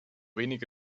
wenig